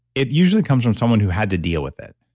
it usually comes from someone who had to deal with it.